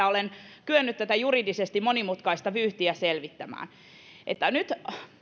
olen kyennyt tätä juridisesti monimutkaista vyyhtiä selvittämään nyt